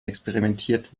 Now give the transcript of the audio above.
experimentiert